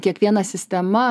kiekviena sistema